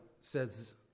says